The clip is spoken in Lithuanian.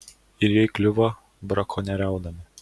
ir jie įkliuvo brakonieriaudami